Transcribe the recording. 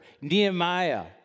Nehemiah